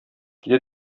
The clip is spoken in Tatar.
килә